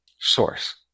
source